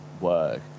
work